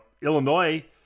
Illinois